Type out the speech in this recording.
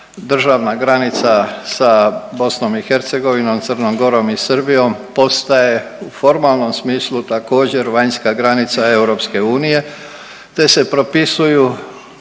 državna granica sa BiH, Crnom Gorom i Srbijom postaje u formalnom smislu također vanjska granica EU, te se propisuju